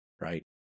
Right